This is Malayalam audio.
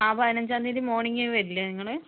ആ പതിനഞ്ചാം തീയതി മോർണിങ്ങ് വരില്ലേ നിങ്ങൾ